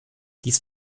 dies